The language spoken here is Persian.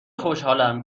خوشحالم